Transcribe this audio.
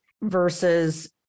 versus